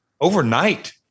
overnight